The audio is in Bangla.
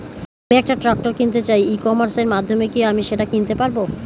আমি একটা ট্রাক্টর কিনতে চাই ই কমার্সের মাধ্যমে কি আমি সেটা কিনতে পারব?